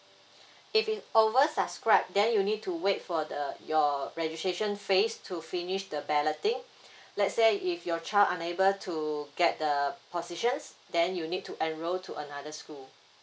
if it over subscribe then you need to wait for the your registration phase to finish the balloting let's say if your child unable to get the positions then you'll need to enroll to another school